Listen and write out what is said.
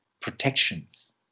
protections